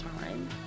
time